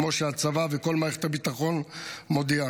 כמו שהצבא וכל מערכת הביטחון מודיעים.